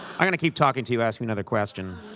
i'm going to keep talking to you. ask another question.